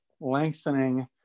lengthening